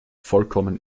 vollkommen